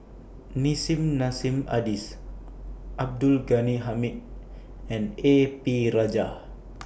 Nissim Nassim Adis Abdul Ghani Hamid and A P Rajah